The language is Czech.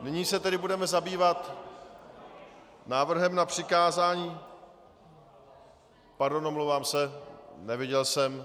Nyní se tedy budeme zabývat návrhem na přikázání Pardon, omlouvám se, neviděl jsem.